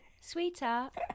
Sweetheart